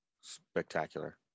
spectacular